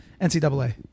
NCAA